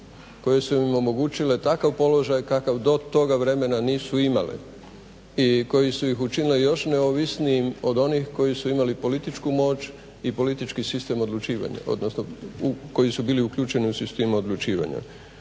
koje su im omogućile takav položaj kakav do toga vremena nisu imale i koje su ih učinile još neovisnijim od onih koji su imali političku moć i politički sistem odlučivanja, odnosno koji su bili uključeni u sistem odlučivanja.